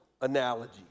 analogy